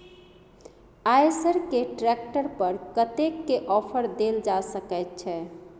आयसर के ट्रैक्टर पर कतेक के ऑफर देल जा सकेत छै?